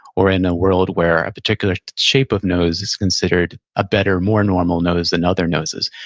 or in a world where a particular shape of nose is considered a better, more normal nose than other noses?